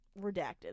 redacted